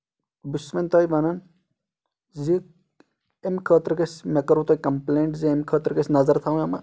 بہٕ چھُس وَن تۄہہِ وَنان زِ اَمہِ خٲطرٕ گژھِ مےٚ کٔرو تۄہہِ کَمپٕلینٹ زِ اَمہِ خٲطرٕ گژھِ نَظر تھاوٕنۍ